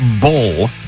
Bull